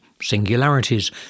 singularities